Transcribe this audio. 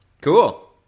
Cool